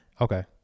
Okay